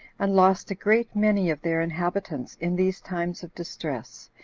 and lost a great many of their inhabitants in these times of distress,